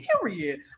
Period